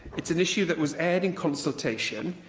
it's an issue that was aired in consultation,